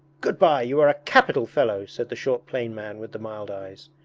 good-bye, you are a capital fellow said the short plain man with the mild eyes.